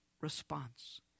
response